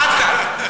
עד כאן.